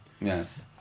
Yes